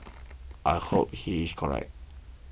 I hope he is correct